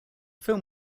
film